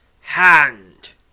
hand